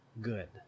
good